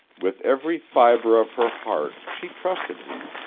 with every fiber of her heart she trusted him,